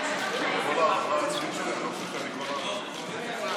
ההצעה הזו חצבה את הדרך להעלאת קצבת הנכות באופן משמעותי.